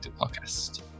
Podcast